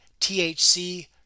thc